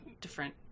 different